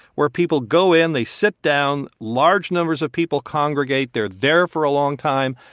where people go in, they sit down. large numbers of people congregate. they're there for a long time.